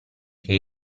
che